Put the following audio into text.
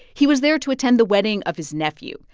he was there to attend the wedding of his nephew,